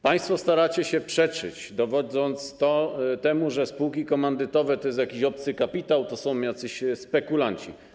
Państwo staracie się przeczyć, dowodząc tego, że spółki komandytowe to jest jakiś obcy kapitał, to są jacyś spekulanci.